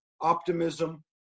optimism